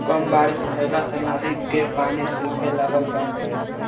कम बारिश भईला से नदी के पानी सूखे लागल बा